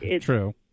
True